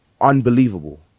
unbelievable